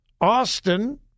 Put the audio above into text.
Austin